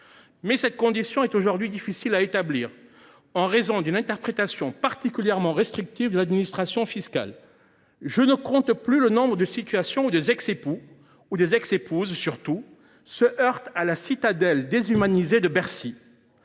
Mais cette condition est aujourd’hui difficile à établir, en raison d’une interprétation particulièrement restrictive de l’administration fiscale. Je ne compte plus le nombre de situations où des ex époux ou des ex épouses surtout se heurtent à la citadelle déshumanisée de Bercy.